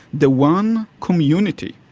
the one community,